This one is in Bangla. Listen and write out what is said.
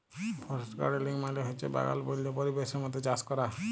ফরেস্ট গাড়েলিং মালে হছে বাগাল বল্য পরিবেশের মত চাষ ক্যরা